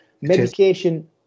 medication